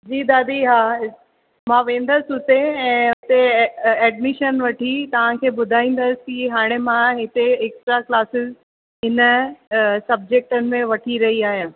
जी दादी हा मां वेंदसि हुते ऐं हुते ऐडमिशन वठी तव्हांखे ॿुधाईंदसि कि हाणे मां हिते एक्स्ट्रा क्लासेस हिन सब्जेक्टनि में वठी रही आहियां